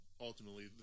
Ultimately